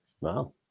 wow